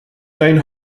jane